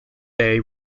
bay